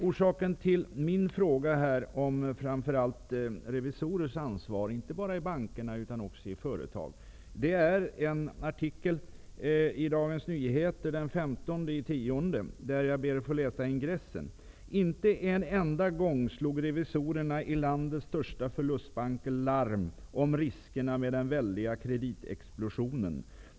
Orsaken till min fråga om framför allt revisorers ansvar -- inte bara i banker utan också i företag -- är en artikel i Dagens Nyheter den 15 oktober. I artikelns ingress sägs: ''Inte en enda gång slog revisorerna i landets största förlustbanker larm om riskerna med den väldiga kreditexplosionen.